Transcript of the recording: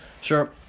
Sure